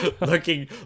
looking